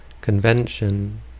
convention